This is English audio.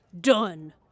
done